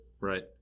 Right